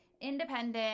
independent